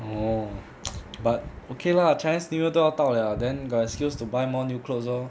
oh but okay lah chinese new year 都要到了 then got excuse to buy more new clothes lor